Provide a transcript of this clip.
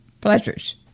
pleasures